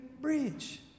Bridge